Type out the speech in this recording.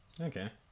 Okay